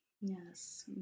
Yes